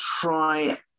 try